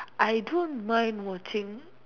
I don't mind watching